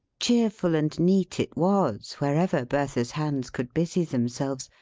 cheerful and neat it was, wherever bertha's hands could busy themselves.